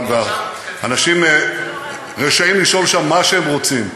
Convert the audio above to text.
אבל אנשים רשאים לשאול שם מה שהם רוצים.